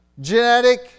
genetic